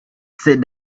sit